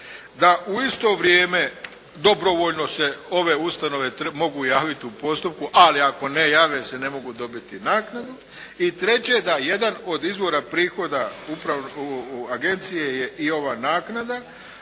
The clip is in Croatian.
da u isto vrijeme dobrovoljno se ove ustanove mogu javiti u postupku, ali ako ne jave se ne mogu dobiti naknadu. I treće, da jedan od izvora prihoda agencije je i ova naknada.